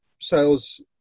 sales